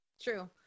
True